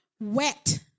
Wet